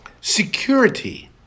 security